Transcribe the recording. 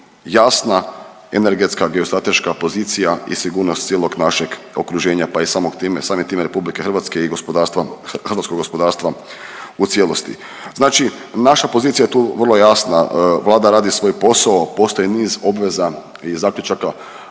jasna energetska geostrateška pozicija i sigurnost cijelog našeg okruženja, pa i samim time RH i gospodarstva, hrvatskog gospodarstva u cijelosti. Znači naša pozicija je tu vrlo jasna, Vlada radi svoj posao, postoji niz obveza i zaključaka